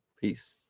peace